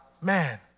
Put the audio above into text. man